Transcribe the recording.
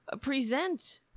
present